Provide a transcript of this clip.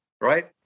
Right